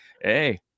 hey